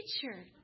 Teacher